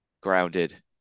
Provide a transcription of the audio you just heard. grounded